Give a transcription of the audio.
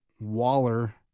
Waller